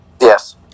Yes